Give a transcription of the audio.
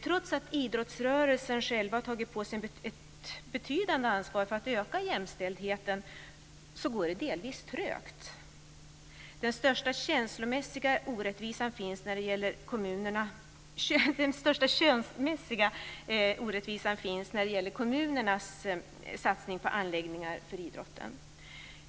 Trots att idrottsrörelsen själv har tagit på sig ett betydande ansvar för att öka jämställdheten går det delvis trögt. Den största könsmässiga orättvisan finns när det gäller kommunernas satsningar på anläggningar för idrott.